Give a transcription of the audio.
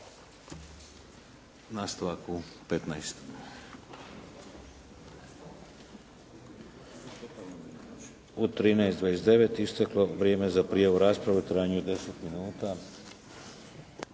Nastavak u 15,00. U 13,29 isteklo vrijeme za prijavu u raspravi od 10 minuta.